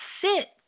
sit